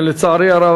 ולצערי הרב,